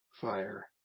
fire